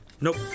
nope